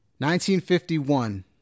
1951